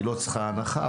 היא לא צריכה הנחה,